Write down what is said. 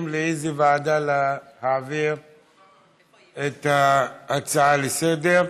לאיזו ועדה להעביר את ההצעה לסדר-היום.